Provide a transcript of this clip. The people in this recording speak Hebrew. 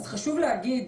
חשוב להגיד,